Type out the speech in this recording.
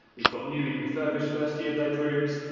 we've got newly refurbished first-year bedrooms,